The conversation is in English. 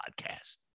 Podcast